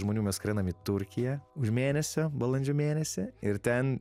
žmonių mes skrendam į turkiją už mėnesio balandžio mėnesį ir ten